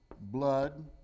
blood